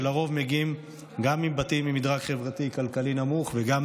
שלרוב גם מגיעים מבתים ממדרג חברתי-כלכלי נמוך וגם